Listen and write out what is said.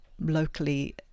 locally